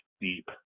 deep